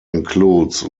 includes